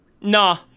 nah